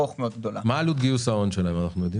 עלות גיוס ההון שלהן.